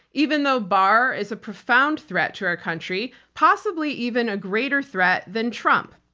even though barr is a profound threat to our country, possibly even a greater threat than trump.